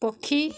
ପକ୍ଷୀ